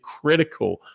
critical